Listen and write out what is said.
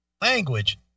language